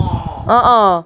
ah ah